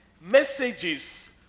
messages